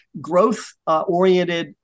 growth-oriented